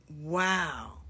wow